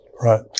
Right